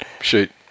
shoot